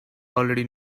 already